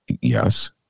Yes